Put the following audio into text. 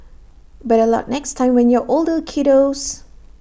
better luck next time when you're older kiddos